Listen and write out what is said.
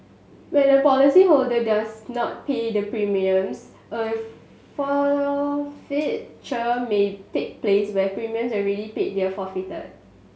when a policyholder does not pay the premiums a forfeiture may take place where premiums already paid forfeited